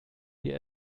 wir